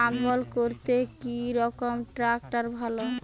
লাঙ্গল করতে কি রকম ট্রাকটার ভালো?